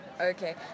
Okay